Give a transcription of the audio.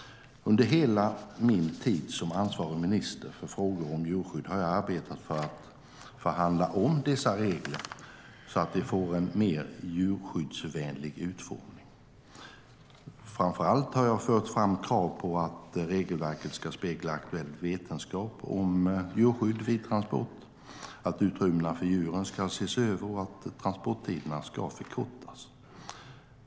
Under hela min tid som ansvarig minister för frågor om djurskydd har jag arbetat för att förhandla om dessa regler så att de får en mer djurskyddsvänlig utformning. Framför allt har jag fört fram krav på att regelverket ska spegla aktuell vetenskap om djurskydd vid transport, att utrymmena för djuren ska ses över och att transporttiderna ska förkortas.